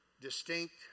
Distinct